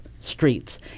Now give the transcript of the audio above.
streets